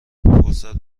فرصت